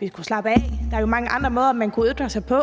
vi skulle slappe af, for der er jo mange andre måder, man kan ytre sig på.